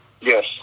Yes